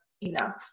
enough